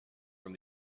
from